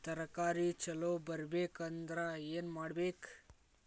ತರಕಾರಿ ಛಲೋ ಬರ್ಬೆಕ್ ಅಂದ್ರ್ ಏನು ಮಾಡ್ಬೇಕ್?